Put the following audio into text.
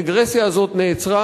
הרגרסיה הזאת נעצרה,